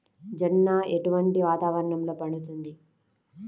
జొన్న ఎటువంటి వాతావరణంలో పండుతుంది?